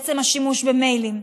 עצם השימוש במיילים,